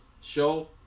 show